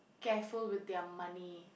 careful with their money